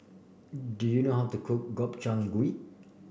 do you know how to cook Gobchang Gui